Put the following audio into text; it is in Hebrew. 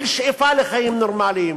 של שאיפה לחיים נורמליים.